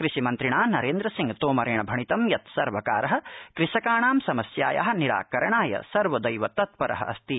कृषिमन्त्रणा नरेन्द्र सिंह तोमरेण भणितं यत् सर्वकारः कृषकाणां समस्यायाः निराकरणाय सर्वदैव तत्परः अस्ति